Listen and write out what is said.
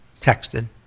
texted